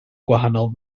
gwahanol